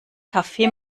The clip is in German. kaffee